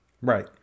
Right